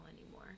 anymore